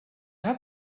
have